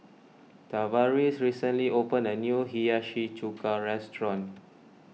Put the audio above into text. Tavaris recently opened a new Hiyashi Chuka restaurant